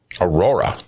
Aurora